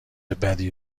بدی